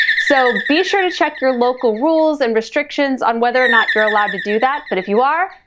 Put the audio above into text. so be sure to check your local rules and restrictions on whether or not you're allowed to do that. but if you are,